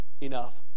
enough